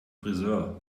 frisör